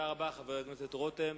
תודה רבה, חבר הכנסת רותם.